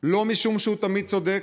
לא משום שהוא תמיד צודק,